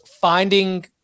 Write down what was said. finding